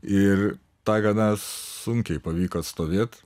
ir tą gana sunkiai pavyko atstovėt